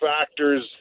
factors